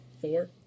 four